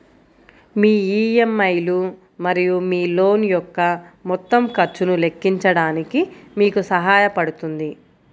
మీ EMI లు మరియు మీ లోన్ యొక్క మొత్తం ఖర్చును లెక్కించడానికి మీకు సహాయపడుతుంది